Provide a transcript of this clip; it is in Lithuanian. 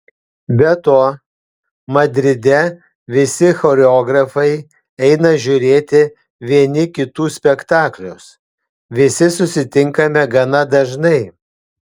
be to madride visi choreografai eina žiūrėti vieni kitų spektaklius visi susitinkame gana dažnai